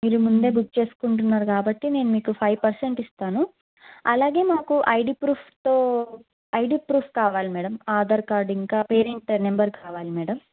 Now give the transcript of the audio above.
మీరు ముందే బుక్ చేసుకుంటున్నారు కాబట్టి నేను మీకు ఫైవ్ పర్సెంట్ ఇస్తాను అలాగే మాకు ఐడి ఫ్రూఫ్తో ఐడి ఫ్రూఫ్ కావాలి మేడం ఆధార్ కార్డ్ ఇంకా పేరెంట్ నెంబర్ కావాలి మేడం